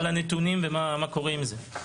כן, על הנתונים ומה קורה עם זה.